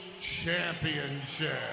Championship